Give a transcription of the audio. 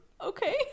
okay